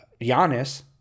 Giannis